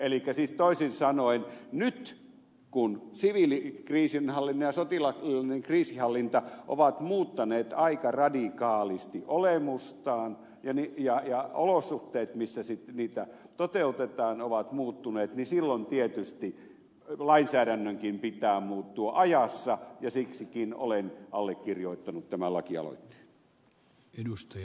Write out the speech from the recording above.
elikkä siis toisin sanoen nyt kun siviilikriisinhallinta ja sotilaallinen kriisinhallinta ovat muuttaneet aika radikaalisti olemustaan ja olosuhteet missä niitä toteutetaan ovat muuttuneet niin silloin tietysti lainsäädännönkin pitää muuttua ajassa ja siksikin olen allekirjoittanut tämän lakialoitteen